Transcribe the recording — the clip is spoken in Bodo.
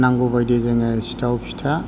नांगौबायदि जोङो सिथाव फिथा